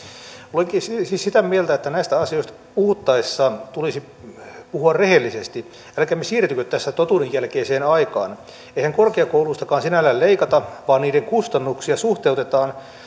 olenkin siis sitä mieltä että näistä asioista puhuttaessa tulisi puhua rehellisesti älkäämme siirtykö tässä totuuden jälkeiseen aikaan eihän korkeakouluistakaan sinällään leikata vaan niiden kustannuksia